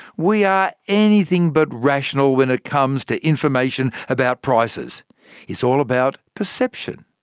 we are anything but rational when it comes to information about prices it's all about perception.